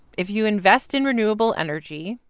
if you invest in renewable energy,